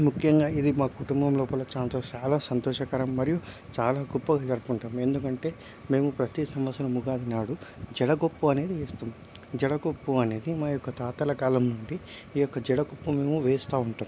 ముఖ్యంగా ఇది మా కుటుంబం లోపల సంతోషంగా చాలా సంతోషకరం మరియు చాలా గొప్పగా జరుపుకుంటాం ఎందుకంటే మేము ప్రతి సంవత్సరం ఉగాది నాడు జడగొప్పు అనేది వేస్తాం జడగొప్పు అనేది మా యొక్క తాతల కాలం నాటి ఈ యొక్క జడగొప్పు మేము వేస్తూ ఉంటాం